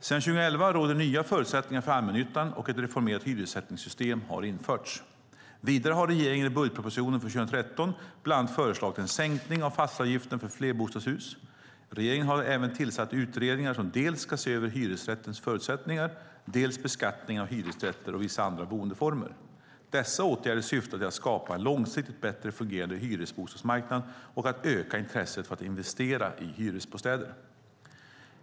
Sedan 2011 råder det nya förutsättningar för allmännyttan, och ett reformerat hyressättningssystem har införts. Vidare har regeringen i budgetpropositionen för 2013 bland annat föreslagit en sänkning av fastighetsavgiften för flerbostadshus. Regeringen har även tillsatt utredningar som dels ska se över hyresrättens förutsättningar, dels beskattningen av hyresrätter och vissa andra boendeformer. Dessa åtgärder syftar alla till att skapa en långsiktigt bättre fungerande hyresbostadsmarknad och att öka intresset för att investera i hyresbostäder.